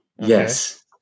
Yes